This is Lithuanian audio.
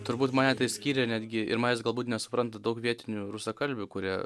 turbūt mane tai skiria netgi ir manęs galbūt nesupranta daug vietinių rusakalbių kurie